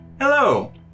hello